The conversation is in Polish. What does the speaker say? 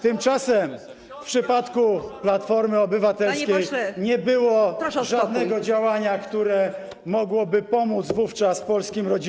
Tymczasem w przypadku Platformy Obywatelskiej nie było żadnego działania, które mogłoby pomóc wówczas polskim rodzinom.